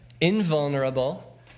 invulnerable